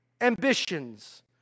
ambitions